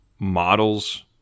models